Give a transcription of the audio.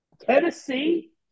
Tennessee